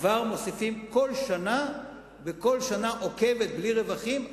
כבר מוסיפים כל שנה וכל שנה עוקבת בלי רווחים,